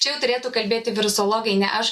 čia jau turėtų kalbėti virusologai ne aš